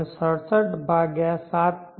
67 ભાગ્યા 7